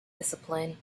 discipline